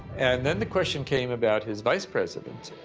and then the question came about his vice president,